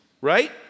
right